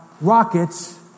rockets